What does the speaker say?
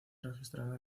registrada